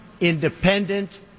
independent